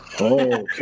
okay